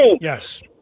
Yes